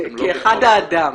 כאחד האדם.